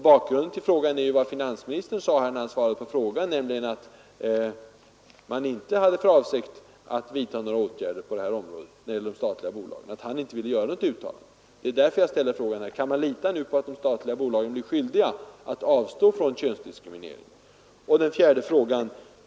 Bakgrunden till frågan är finansministerns uttalande att man inte hade för avsikt att vidta några åtgärder på detta område när det gällde de statliga bolagen och att han inte ville göra något uttalande. Det är därför jag ställer frågan: Kan man lita på att de statliga bolagen blir skyldiga att avstå från könsdiskriminering? 4.